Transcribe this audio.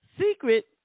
secret